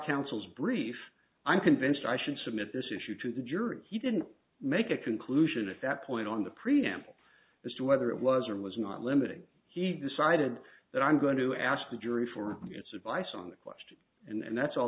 counsel's brief i'm convinced i should submit this issue to the jury he didn't make a conclusion at that point on the preamble as to whether it was or was not limiting he decided that i'm going to ask the jury for its advice on the question and that's all